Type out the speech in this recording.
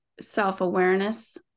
self-awareness